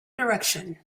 direction